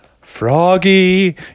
froggy